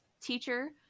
teacher